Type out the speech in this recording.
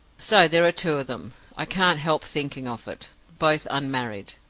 so there are two of them i can't help thinking of it both unmarried.